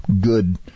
good